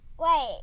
Wait